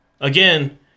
again